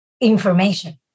information